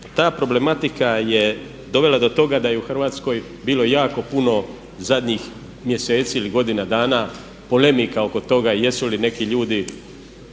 ta problematika je dovela do toga da je u Hrvatskoj bilo jako puno zadnjih mjeseci ili godina dana polemika oko toga jesu li neki ljudi